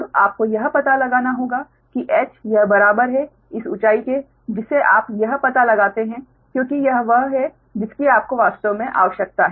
तब आपको यह पता लगाना होगा कि h यह बराबर है इस ऊंचाई के जिसे आप यह पता लगाते हैं क्योंकि यह वह है जिसकी आपको वास्तव में आवश्यकता है